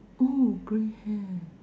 oh grey hair